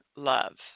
love